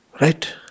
right